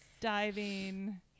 diving